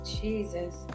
Jesus